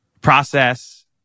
process